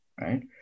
right